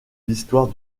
l’histoire